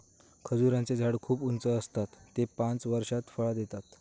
खजूराचें झाड खूप उंच आसता ते पांच वर्षात फळां देतत